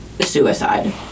suicide